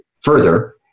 further